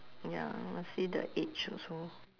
ya must see the age also